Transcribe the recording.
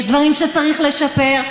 יש דברים שצריך לשפר.